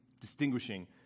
distinguishing